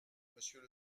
monsieur